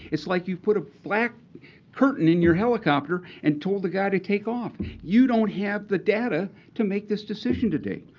it's like you've put a black curtain in your helicopter and told the guy to take off. you don't have the data to make this decision today.